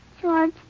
George